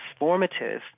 transformative